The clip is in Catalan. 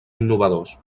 innovadors